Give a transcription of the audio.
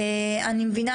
אני מבינה